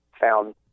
found